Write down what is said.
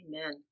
Amen